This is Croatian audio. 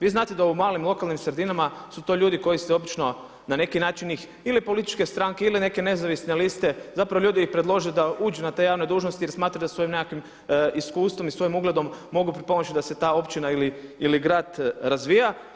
Vi znate da u malim lokalnim sredinama su to ljudi koji se obično na neki način ih ili političke stranke ili neke nezavisne liste, zapravo ljudi i predlože da uđu na te javne dužnosti jer smatraju da svojim nekakvim iskustvom i svojim ugledom mogu pripomoći da se ta općina ili grad razvija.